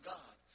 God